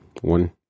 one